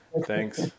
Thanks